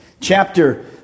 chapter